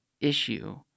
issue